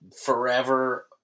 forever